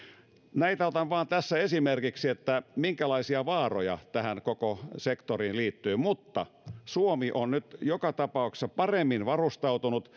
näitä otan tässä vain esimerkiksi siitä minkälaisia vaaroja tähän koko sektoriin liittyy mutta suomi on nyt joka tapauksessa paremmin varustautunut